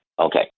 okay